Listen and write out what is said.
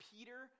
Peter